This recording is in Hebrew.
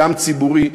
גם ציבורי,